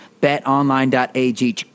BetOnline.ag